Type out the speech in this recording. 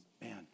man